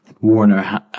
Warner